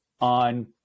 on